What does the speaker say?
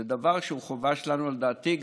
זה דבר שהוא חובה שלנו לדעתי,